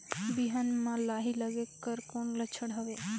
बिहान म लाही लगेक कर कौन लक्षण हवे?